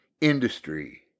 industry